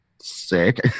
sick